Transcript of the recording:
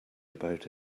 about